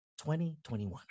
2021